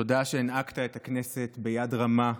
תודה שהנהגת את הכנסת ביד רמה,